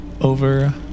over